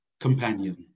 companion